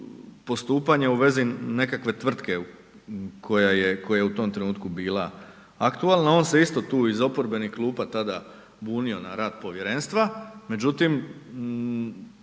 postupanja u vezi nekakve tvrtke koja je u tom trenutku bila aktualna. On se isto tu iz oporbenih klupa tada bunio na rad povjerenstva, međutim